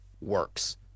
works